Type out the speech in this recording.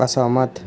असहमत